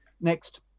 Next